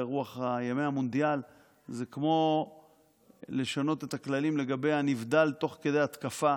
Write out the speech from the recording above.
ברוח ימי המונדיאל: זה כמו לשנות את הכללים לגבי הנבדל תוך כדי התקפה